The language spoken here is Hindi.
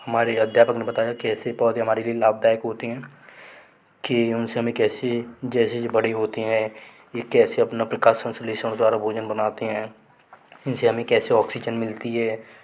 हमारे अध्यापक ने बताया कैसे पौधे हमारे लिए लाभदायक होते हैं कि उ नसे हमें कैसे जैसे ये बड़े होते हैं ये कैसे अपना प्रकाश संसलेशन द्वारा भोजन बनाते हैं इन से हमें कैसे औक्सीजन मिलती है